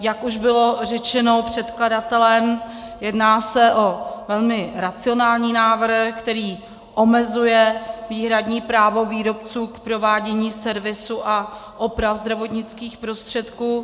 Jak už bylo řečeno předkladatelem, jedná se o velmi racionální návrh, který omezuje výhradní právo výrobců k provádění servisu a oprav zdravotnických prostředků.